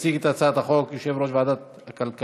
יציג את הצעת החוק יושב-ראש ועדת הכלכלה,